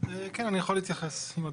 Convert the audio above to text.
כנראה יש תכנון עתידי.